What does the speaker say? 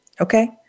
Okay